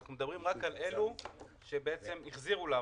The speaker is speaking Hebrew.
אנחנו מדברים רק על אלו שבעצם החזירו לעבודה.